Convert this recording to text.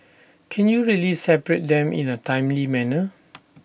can you really separate them in A timely manner